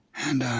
and